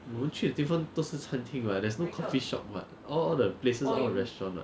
我们去的地方都是餐厅 [what] there's no coffee shop [what] all the places all restaurant [what]